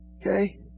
Okay